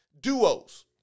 duos